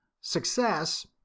Success